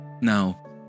Now